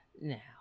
Now